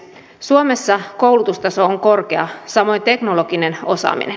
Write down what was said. suomessa koulutustaso on korkea samoin teknologinen osaaminen